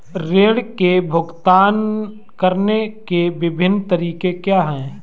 ऋृण के भुगतान करने के विभिन्न तरीके क्या हैं?